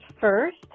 first